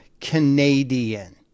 Canadian